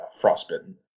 frostbitten